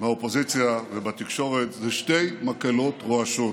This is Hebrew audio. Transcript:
מהאופוזיציה ובתקשורת זה שתי מקהלות רועשות: